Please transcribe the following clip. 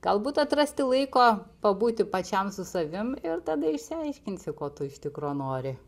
galbūt atrasti laiko pabūti pačiam su savim ir tada išsiaiškinsi ko tu iš tikro nori